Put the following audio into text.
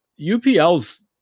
UPL's